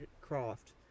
Croft